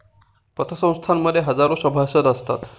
पतसंस्थां मध्ये हजारो सभासद असतात